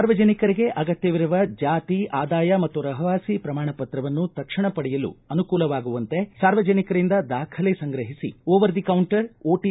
ಸಾರ್ವಜನಿಕರಿಗೆ ಅಗತ್ಯವಿರುವ ಜಾತಿ ಆದಾಯ ಮತ್ತು ರಹವಾಸಿ ಪ್ರಮಾಣಪತ್ರವನ್ನು ತಕ್ಷಣ ಪಡೆಯಲು ಅನುಕೂಲವಾಗುವಂತೆ ಸಾರ್ವಜನಿಕರಿಂದ ದಾಖಲೆ ಸಂಗ್ರಹಿಸಿ ಓವರ್ ದ ಕೌಂಟರ್ ಓಟೆ